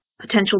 potential